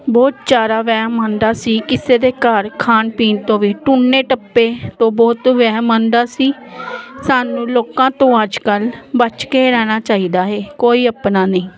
ਬਹੁਤ ਜ਼ਿਆਦਾ ਵਹਿਮ ਆਉਂਦਾ ਸੀ ਕਿਸੇ ਦੇ ਘਰ ਖਾਣ ਪੀਣ ਤੋਂ ਵੀ ਟੂਨੇ ਟੱਪੇ ਤੋਂ ਬਹੁਤ ਵਹਿਮ ਆਉਂਦਾ ਸੀ ਸਾਨੂੰ ਲੋਕਾਂ ਤੋਂ ਅੱਜ ਕੱਲ੍ਹ ਬਚ ਕੇ ਰਹਿਣਾ ਚਾਹੀਦਾ ਹੈ ਕੋਈ ਆਪਣਾ ਨਹੀਂ